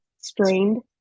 Strained